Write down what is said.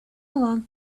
long